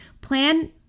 plan